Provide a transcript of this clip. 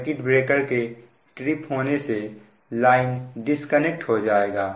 circuit breaker के trip होने से लाइन डिस्कनेक्ट हो जाएगा